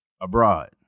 Abroad